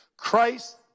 christ